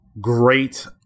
great